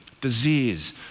disease